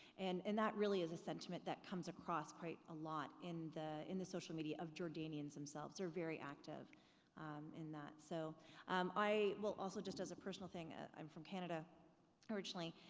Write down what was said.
and and that really is a sentiment that comes across quite a lot in the in the social media of jordanians themselves. they're very active in that, so i will also, just as a personal thing, i'm from canada originally,